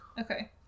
Okay